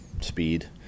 speed